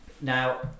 Now